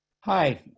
Hi